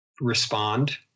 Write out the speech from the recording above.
respond